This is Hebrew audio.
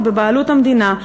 היא בבעלות המדינה.